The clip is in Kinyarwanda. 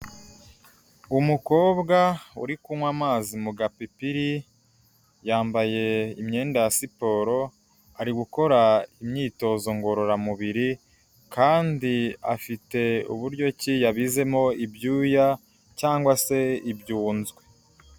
Umukobwa uri kunywa amazi mu gapipiri, yambaye imyenda ya siporo, ari gukora imyitozo ngororamubiri, kandi afite uburyo ki yabizemo ibyuya cyangwa se ibyunzwe.